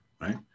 right